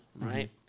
right